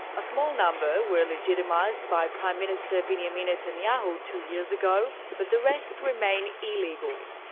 a small number were legitimised by prime minister binyamin netanyahu two years ago, but the rest remain illegal.